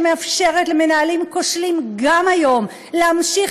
שמאפשרת למנהלים כושלים גם היום להמשיך